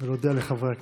ולהודיע לחברי הכנסת.